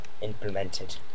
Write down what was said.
implemented